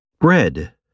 Bread